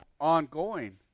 ongoing